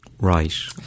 Right